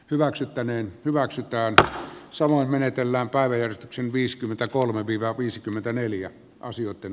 hyväksyttäneen hyväksytäänkö samoin menetellään paljon sen viiskymmentä kolme yv viisikymmentäneljä asioitten